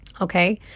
Okay